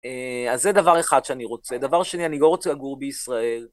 אז זה דבר אחד שאני רוצה, דבר שני, אני לא רוצה לגור בישראל.